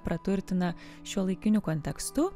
praturtina šiuolaikiniu kontekstu